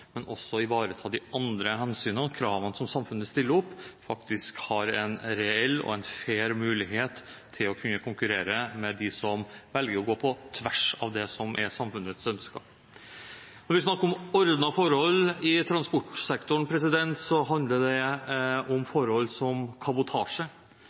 men også ivaretar de andre hensynene og kravene som samfunnet stiller – faktisk har en reell og fair mulighet til å kunne konkurrere med dem som velger å gå på tvers av det som er samfunnets ønsker. Når vi snakker om ordnede forhold i transportsektoren, handler det om